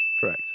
Correct